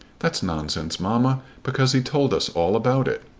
that's nonsense, mamma, because he told us all about it.